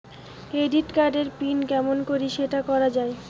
Credit card এর pin কেমন করি সেট করা য়ায়?